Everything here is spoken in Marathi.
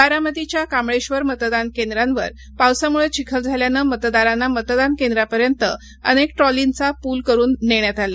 बारामतीच्या कांबळेश्वर मतदान केंद्रांवर पावसामुळं चिखल झाल्यानं मतदारांना मतदान केंद्रापर्यंत अनेक ट्रॉलीचा पूल करून नेण्यात आलं